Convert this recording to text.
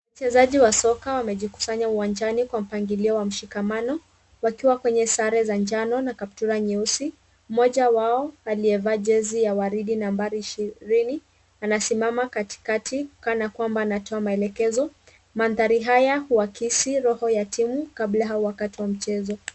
Wachezaji wa soka wamejikusanya uwanjani kwa mpangilio wa mshikamano, wakiwa kwenye sare za njano na kaptura nyeusi. Mmoja wao aliyevaa jezi ya waridi nambari ishirini anasimama katikati kana kwamba anatoa maelekezo. Mandhari haya huakisi roho ya timu kabla au wakati wa mchezo.